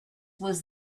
was